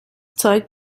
zeug